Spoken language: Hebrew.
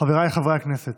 חבריי חברי הכנסת,